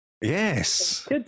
Yes